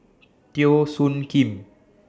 Teo Soon Kim